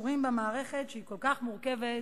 חברות וחברי הכנסת, תוכנית